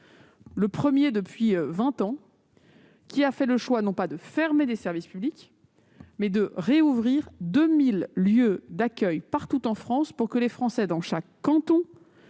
gouvernement depuis vingt ans à avoir décidé non pas de fermer des services publics, mais de rouvrir 2 000 lieux d'accueil partout en France, pour que les Français, dans chaque canton,